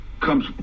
comes